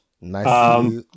Nice